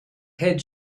head